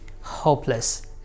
hopeless